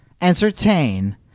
entertain